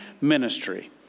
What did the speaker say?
ministry